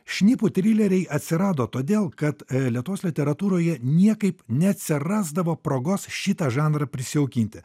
šnipų trileriai atsirado todėl kad lietuvos literatūroje niekaip neatsirasdavo progos šitą žanrą prisijaukinti